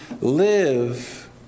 live